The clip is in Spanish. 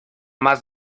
más